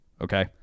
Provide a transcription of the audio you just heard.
Okay